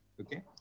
okay